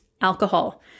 Alcohol